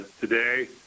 today